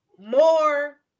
More